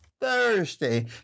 Thursday